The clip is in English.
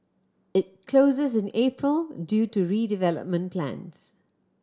it closes in April due to redevelopment plans